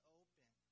open